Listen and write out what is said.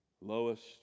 Lowest